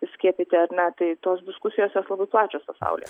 skiepyti ar ne tai tos diskusijos jos labai plačios pasaulyje